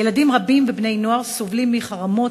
ילדים ובני-נוער רבים סובלים מחרמות,